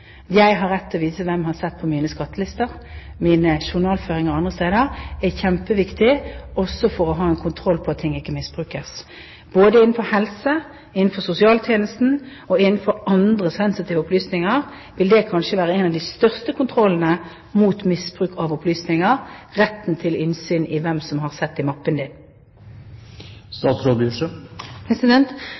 jeg har rett til å vite hvem som har sett på mine skattelister, mine journalføringer og annet, er kjempeviktig, også for å ha en kontroll på at ting ikke misbrukes. Både innenfor helse, sosialtjeneste og innenfor andre sensitive områder vil retten til å se hvem som har sett i mappen din, kanskje være en av de største kontrollene mot misbruk av opplysninger.